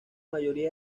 mayoría